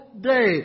day